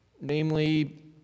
Namely